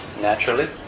naturally